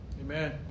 Amen